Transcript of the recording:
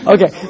Okay